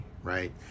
Right